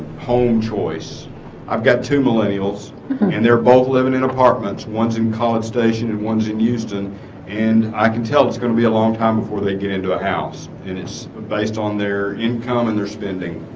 home choice i've got two millennials and they're both living in apartments ones in college station and ones in houston and i can tell it's going to be a long time before they get into a house and it's based on their income and their spending